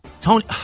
Tony